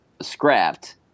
scrapped